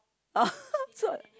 oh